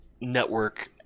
network